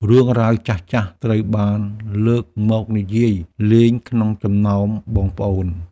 រឿងរ៉ាវចាស់ៗត្រូវបានលើកមកនិយាយលេងក្នុងចំណោមបងប្អូន។